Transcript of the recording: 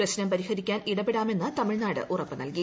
പ്രശ്നം പരിഹരിക്കാൻ ഇടപെടാമെന്ന് തമിഴ്നാട് ഉറപ്പുനൽകി